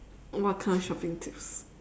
what kind of shopping tips